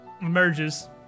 Emerges